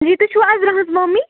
جی تُہۍ چھِوٕ عزراہس مَمِی